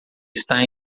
está